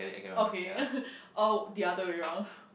okay or the other way round